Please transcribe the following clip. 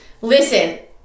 listen